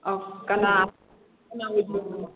ꯑꯥ ꯀꯅꯥ ꯀꯅꯥ ꯑꯣꯏꯕꯤꯔꯕꯅꯣ